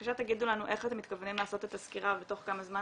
בבקשה תגידו לנו איך אתם מתכוונים לעשות את הסקירה ובתוך כמה זמן